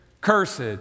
cursed